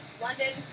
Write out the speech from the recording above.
London